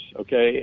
okay